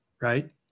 right